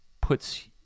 puts